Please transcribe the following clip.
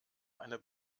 eine